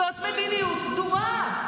זו מדיניות סדורה.